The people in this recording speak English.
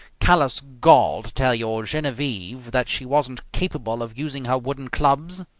callous gall to tell your genevieve that she wasn't capable of using her wooden clubs?